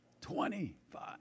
Twenty-five